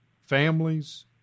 families